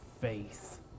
faith